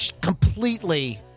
completely